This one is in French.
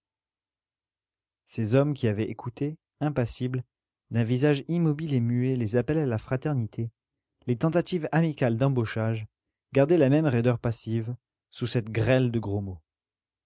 ces hommes qui avaient écouté impassibles d'un visage immobile et muet les appels à la fraternité les tentatives amicales d'embauchage gardaient la même raideur passive sous cette grêle de gros mots